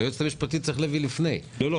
את היועצת המשפטית צריך להביא לפני כן.